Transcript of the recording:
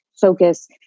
focus